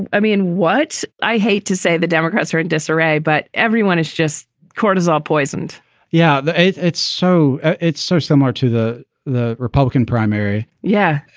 i mean. what i hate to say, the democrats are in disarray, but everyone is just cortazar poisoned yeah, it's it's so it's so similar to the the republican primary. yeah.